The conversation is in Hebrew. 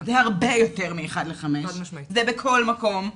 זה הרבה יותר מאחד לחמש, זה בכל מקום.